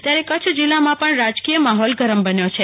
ત્યારે કચ્છ જીલ્લામાં પણ રાજકીય માહોલ ગરમ બન્યો છે